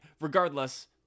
regardless